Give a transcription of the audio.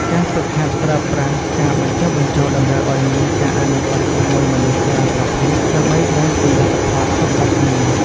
ការហ្វឹកហាត់ប្រើប្រាស់ការបញ្ចុះបញ្ចូលតម្រូវឱ្យមានការអនុវត្តជាមួយមនុស្សច្រើនប្រភេទដើម្បីដឹងពីលទ្ធផលខុសៗគ្នា។